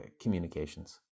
communications